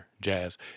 jazz